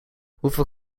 hoeveel